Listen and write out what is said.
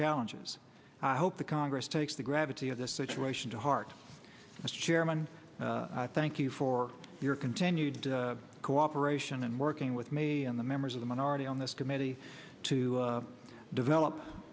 challenges i hope the congress takes the gravity of this situation to heart as chairman and i thank you for your continued cooperation and working with me on the members of the minority on this committee to develop